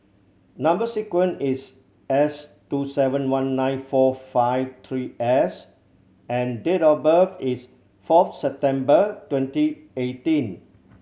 number sequence is S two seven one nine four five three S and date of birth is fourth September twenty eighteen